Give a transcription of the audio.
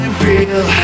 feel